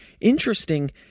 interesting